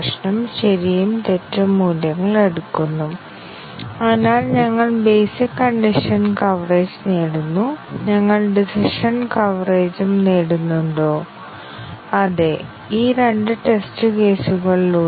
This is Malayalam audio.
ഇത് ഇതിന്റെ ഒരു സാമ്പിൾ മാത്രമാണ് statement coverage branch coverage path coverage multiple condition coverage multiple condition decision coverage mutation testing data flow testing തുടങ്ങിയവ